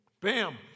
Bam